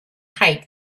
height